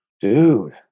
dude